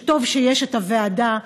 שטוב שיש את הוועדה,